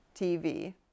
TV